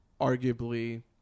arguably